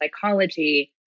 psychology